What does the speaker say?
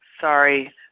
Sorry